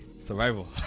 Survival